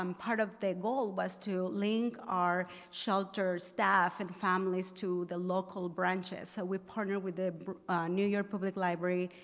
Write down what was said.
um part of the goal was to link our shelter staff and families to the local braches. so we've partnered with new york public library,